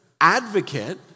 advocate